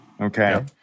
Okay